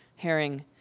herring